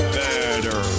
better